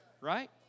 right